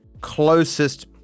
closest